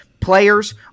players